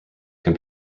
can